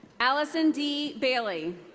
allison d. bailey.